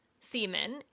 semen